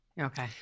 Okay